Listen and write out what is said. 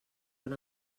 una